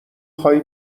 خوای